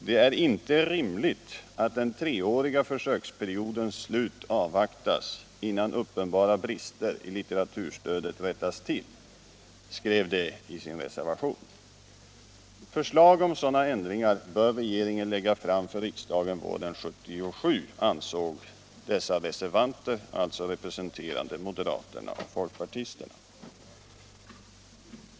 Det är inte rimligt att den treåriga försöksperiodens slut avvaktas innan uppenbara brister i litteraturstödet rättas till, skrev de i sin reservation. Förslag om sådana ändringar bör regeringen lägga fram för riksdagen våren 1977, ansåg dessa reservanter, som alltså representerade moderater och folkpartister.